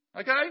Okay